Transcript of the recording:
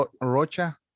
Rocha